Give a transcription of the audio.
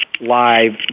live